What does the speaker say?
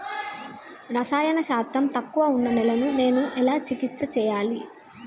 రసాయన శాతం తక్కువ ఉన్న నేలను నేను ఎలా చికిత్స చేయచ్చు?